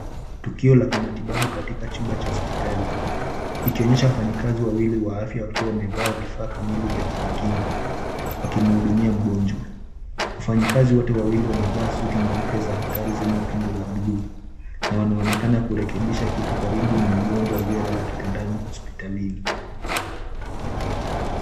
Tukio la kimatibabu katika chumba cha hospitali ikionyesha wafanyikazi wawili wa afya wakiwa wamevaa vifaa kamili vya kujikinga wakimhudumia mgonjwa. Wafanyikazi wote wawili wamevaa suti nyeupe za hatari zenye pindo la buluu na wanaonekana kurekebisha kitu karibu na mgonjwa aliyelala kitandani hospitalini.